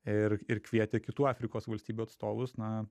ir ir kvietė kitų afrikos valstybių atstovus na